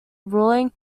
ruling